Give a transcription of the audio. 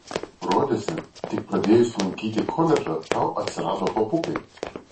rodėsi tik pradėjus lankyti koledžą tau atsirado papukai